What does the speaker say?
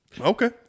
Okay